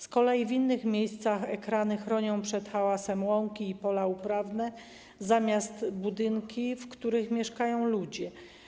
Z kolei w innych miejscach ekrany chronią przed hałasem łąki i pola uprawne, zamiast chronić budynki, w których mieszkają ludzie.